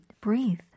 breathe